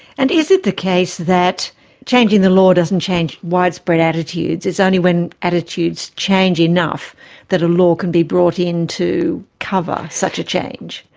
and is it the case that changing the law doesn't change widespread attitudes, it's only when attitudes change enough that a law can be brought in to cover such a change?